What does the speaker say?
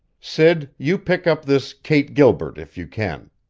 sid, you pick up this kate gilbert, if you can.